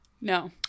No